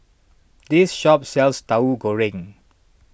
this shop sells Tahu Goreng